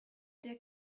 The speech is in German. der